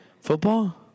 Football